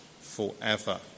forever